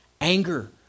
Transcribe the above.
anger